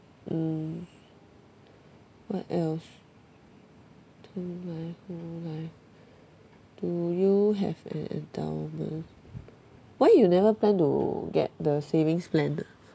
mm what else term life whole life do you have an endowment why you never plan to get the savings plan ah